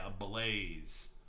ablaze